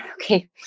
okay